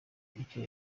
icyo